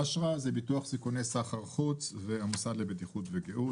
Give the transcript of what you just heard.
אשרא זה ביטוח סיכוני סחר חוץ והמוסד לביטוח וגאות.